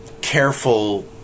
careful